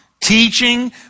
teaching